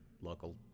local